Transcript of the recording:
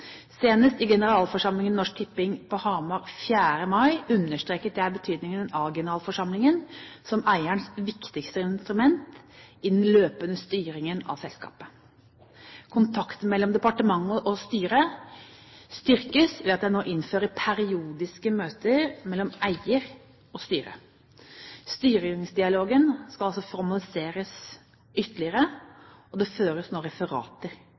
Senest i generalforsamlingen i Norsk Tipping på Hamar 4. mai understreket jeg betydningen av generalforsamlingen som eierens viktigste instrument i den løpende styringen av selskapet. Kontakten mellom departementet og styret styrkes ved at jeg nå innfører periodiske møter mellom eier og styrer. Styringsdialogen skal også formaliseres ytterligere, og det føres nå referater